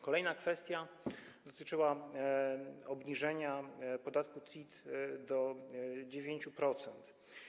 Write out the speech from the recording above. Kolejna kwestia dotyczyła obniżenia podatku CIT do 9%.